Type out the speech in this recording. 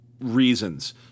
reasons